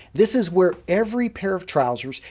this is where every pair of trousers,